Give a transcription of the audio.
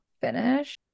finish